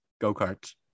Go-karts